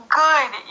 good